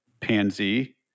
Pansy